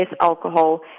alcohol